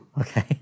Okay